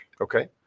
okay